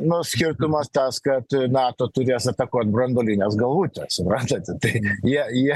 na skirtumas tas kad nato turės atakuot branduolines galvutes suprantate tai jie jie